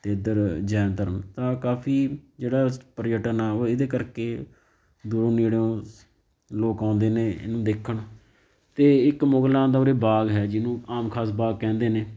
ਅਤੇ ਇੱਧਰ ਜੈਨ ਧਰਮ ਤਾਂ ਕਾਫ਼ੀ ਜਿਹੜਾ ਪ੍ਰਯਟਨ ਆ ਉਹ ਇਹਦੇ ਕਰਕੇ ਦੂਰੋਂ ਨੇੜਿਓਂ ਲੋਕ ਆਉਂਦੇ ਨੇ ਇਹਨੂੰ ਦੇਖਣ 'ਤੇ ਇੱਕ ਮੁਗਲਾਂ ਦਾ ਉਰੇ ਬਾਗ਼ ਹੈ ਜਿਹਨੂੰ ਆਮ ਖ਼ਾਸ ਬਾਗ਼ ਕਹਿੰਦੇ ਨੇ